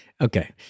okay